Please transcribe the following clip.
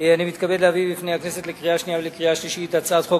אני מתכבד להביא בפני הכנסת לקריאה שנייה ולקריאה שלישית את הצעת חוק